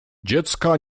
dziecka